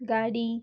गाडी